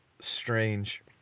strange